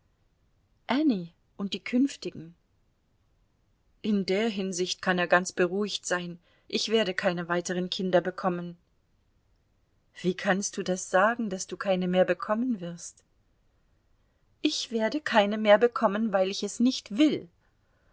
anny und die künftigen in der hinsicht kann er ganz beruhigt sein ich werde keine weiteren kinder bekommen wie kannst du das sagen daß du keine mehr bekommen wirst ich werde keine mehr bekommen weil ich es nicht will